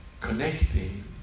connecting